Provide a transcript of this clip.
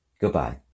Goodbye